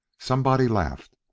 somebody laughed.